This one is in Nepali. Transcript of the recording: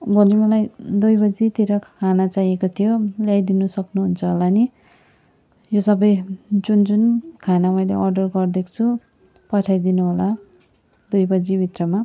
भोलि मलाई दुई बजेतिर खाना चाहिएको थियो ल्याइदिनु सक्नु हुन्छ होला नि यो सबै जुन जुन खाना मैले अर्डर गरिदिएको छु पठाइदिनु होला दुई बजे भित्रमा